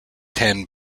ten